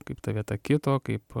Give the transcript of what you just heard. kaip ta vieta kito kaip